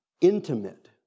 intimate